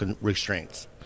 restraints